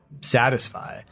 satisfy